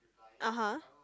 (uh huh)